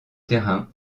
terrain